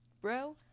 bro